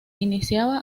iniciaba